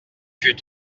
fut